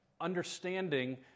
understanding